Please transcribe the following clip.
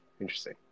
interesting